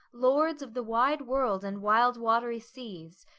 lord of the wide world and wild wat'ry seas,